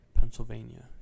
Pennsylvania